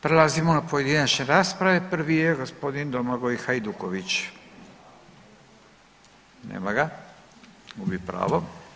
Prelazimo na pojedinačne rasprave, prvi je gospodin Domagoj Hajduković, nema ga, gubi pravo.